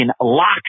locked